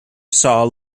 saw